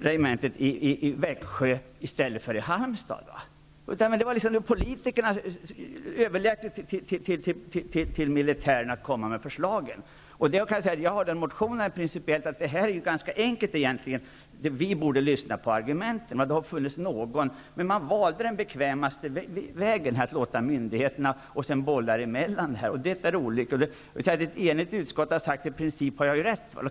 regementet i Växjö i stället för regementet i Halmstad. Politikerna överlät till militärerna att komma med förslagen. Jag har i en motion framhållit att vi borde lyssna på argumenten. Det har funnits någon som gjort det, men man har här valt den längsta vägen, att överlåta det hela till myndigheterna och sedan bolla saken mellan dem. Det är olyckligt. Ett enigt utskott har sagt att jag i princip har rätt.